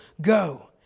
go